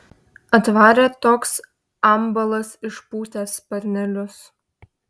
atvarė toks ambalas išpūtęs sparnelius